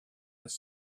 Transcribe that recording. his